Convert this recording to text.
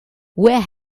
where